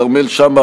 כרמל שאמה,